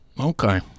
Okay